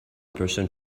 person